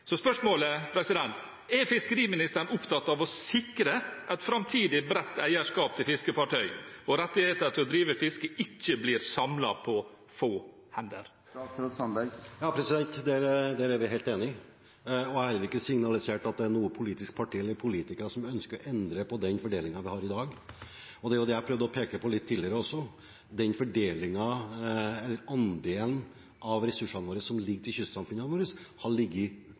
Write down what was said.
Så spørsmålet er: Er fiskeriministeren opptatt av å sikre et framtidig bredt eierskap til fiskefartøy og at rettigheter til å drive fiske ikke blir samlet på få hender? Ja, der er vi helt enig. Jeg har heller ikke signalisert at det er noe politisk parti eller noen politikere som ønsker å endre på den fordelingen vi har i dag. Det var jo det jeg prøvde å peke på litt tidligere også, at den fordelingen og den andelen av ressursene som ligger til kystsamfunnene våre, har ligget